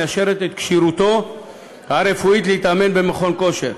המאשרת את כשירותו הרפואית להתאמן במכון כושר.